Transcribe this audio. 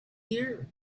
year